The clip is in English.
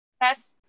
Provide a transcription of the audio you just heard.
Yes